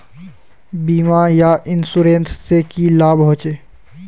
बीमा या इंश्योरेंस से की लाभ होचे?